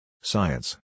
Science